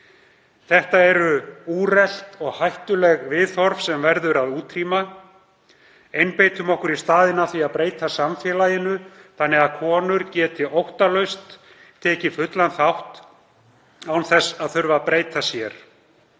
Þetta eru úrelt og hættuleg viðhorf sem verður að útrýma. Einbeitum okkur í staðinn að því að breyta samfélaginu þannig að konur geti óttalaust tekið fullan þátt án þess að þurfa að breyta sér.